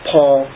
Paul